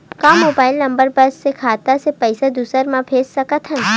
का mobile number बस से खाता से पईसा दूसरा मा भेज सकथन?